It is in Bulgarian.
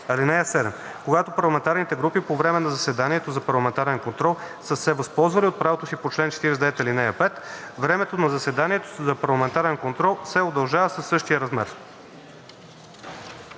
това. (7) Когато парламентарните групи по време на заседанието за парламентарен контрол са се възползвали от правото си по чл. 49, ал. 5, времето на заседанието за парламентарен контрол се удължава със същия размер.“